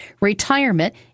retirement